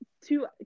two